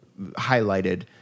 highlighted